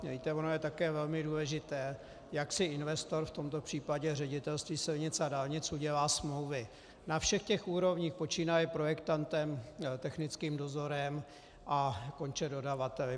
Víte, ono je také velmi důležité, jak si investor, v tomto případě Ředitelství silnic a dálnic, udělá smlouvy na všech těch úrovních, počínaje projektantem, technickým dozorem a konče dodavateli.